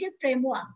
framework